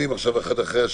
וחשובים.